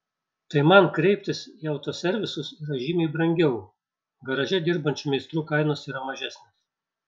tai man kreiptis į autoservisus yra žymiai brangiau garaže dirbančių meistrų kainos yra mažesnės